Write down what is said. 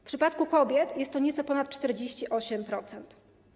W przypadku kobiet jest to nieco ponad 48%.